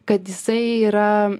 kad jisai yra